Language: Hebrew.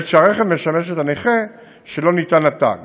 בעת שהרכב משמש את הנכה שלו ניתן התג